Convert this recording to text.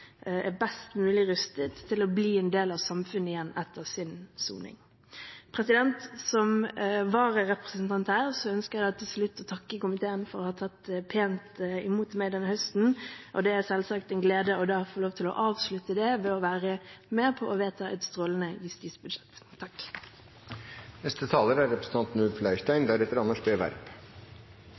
er best mulig rustet til å bli en del av samfunnet igjen etter sin soning. Som vararepresentant her ønsker jeg til slutt å takke komiteen for å ha tatt pent imot meg denne høsten. Det er selvsagt en glede da å få avslutte det ved å være med på å vedta et strålende justisbudsjett. La meg da også få lov til å returnere takken til foregående taler,